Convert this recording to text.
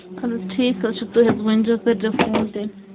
اَدٕ حظ ٹھیٖک حظ چھُ تُہۍ حظ ؤنۍ زیٚو کٔرۍ زیٚو فون تیٚلہِ